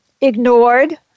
ignored